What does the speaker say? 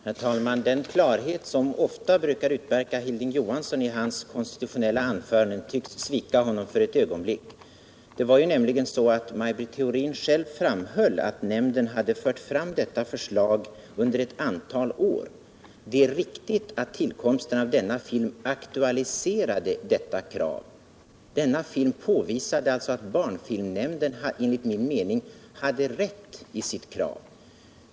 Herr talman! Den klarhet som brukar utmärka Hilding Johansson i hans konstitutionella anföranden tycks svika honom för ett ögonblick. Det var nämligen, som Maj Britt Theorin själv fram höll, så att nämnden hade fört fram detta förslag under ett antal år. Det är riktigt att tillkomsten av denna film aktualiserade detta krav. Filmen påvisade att barnfilmsnämnden enligt min mening hade rätt i sitt krav.